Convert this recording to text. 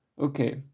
Okay